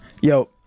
yo